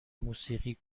موسیقی